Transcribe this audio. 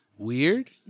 Weird